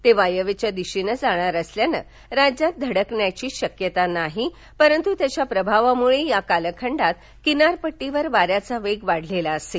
ते वायव्येच्या दिशेनं जाणार असल्यानं राज्यात धडकण्याची शक्यता नाही परंतु त्याच्या प्रभावामुळे या कालखंडात किनारपट्टीवर वाऱ्याचा वेग वाढलेला दिसेल